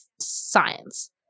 science